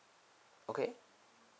okay